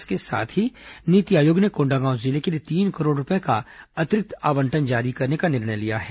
इसके साथ ही नीति आयोग ने कोंडागांव जिले के लिए तीन करोड़ रूपये का अतिरिक्त आवंटन जारी करने का निर्णय लिया है